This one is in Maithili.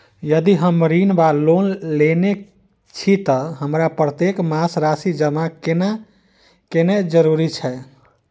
यदि हम ऋण वा लोन लेने छी तऽ हमरा प्रत्येक मास राशि जमा केनैय जरूरी छै?